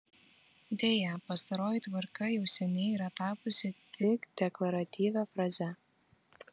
deja pastaroji tvarka jau seniai yra tapusi tik deklaratyvia fraze